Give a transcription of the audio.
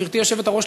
גברתי היושבת-ראש,